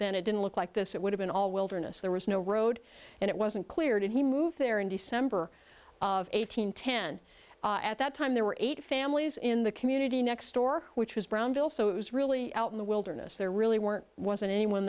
then it didn't look like this it would have been all wilderness there was no road and it wasn't cleared and he moved there in december of eight hundred ten at that time there were eight families in the community next door which was brown bill so it was really out in the wilderness there really weren't wasn't anyone